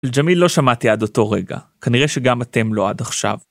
אלג'מיל לא שמעתי עד אותו רגע, כנראה שגם אתם לא עד עכשיו.